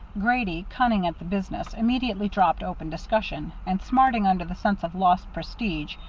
grady, cunning at the business, immediately dropped open discussion, and, smarting under the sense of lost prestige,